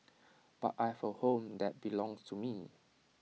but I have A home that belongs to me